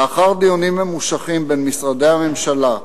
לאחר דיונים ממושכים בין משרדי הממשלה,